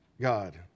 God